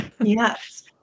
Yes